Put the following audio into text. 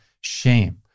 shame